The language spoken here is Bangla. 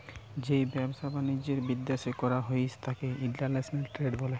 যেই ব্যবসা বাণিজ্য বিদ্যাশে করা হতিস তাকে ইন্টারন্যাশনাল ট্রেড বলে